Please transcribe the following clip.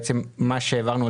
העודפים שהעברנו,